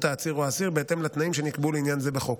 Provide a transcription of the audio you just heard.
העציר או האסיר בהתאם לתנאים שנקבעו לעניין זה בחוק.